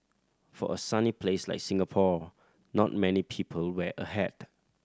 for a sunny place like Singapore not many people wear a hat